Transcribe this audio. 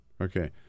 Okay